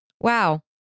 Wow